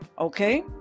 okay